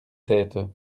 têtes